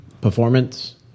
performance